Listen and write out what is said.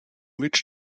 which